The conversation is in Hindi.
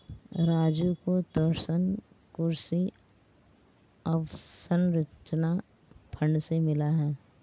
राजू को ऋण कृषि अवसंरचना फंड से मिला है